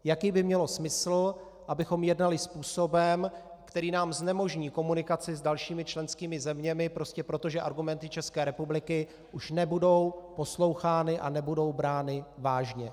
Jaký by mělo smysl, abychom jednali způsobem, který nám znemožní komunikaci s dalšími členskými zeměmi prostě proto, že argumenty České republiky už nebudou poslouchány a nebudou brány vážně?